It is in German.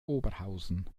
oberhausen